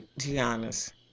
Giannis